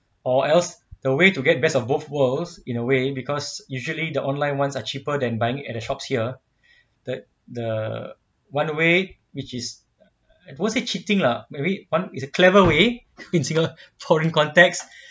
or else the way to get best of both worlds in a way because usually the online ones are cheaper than buying at a shops here the the one way which is won't say cheating lah maybe one is a clever way it's a foreign context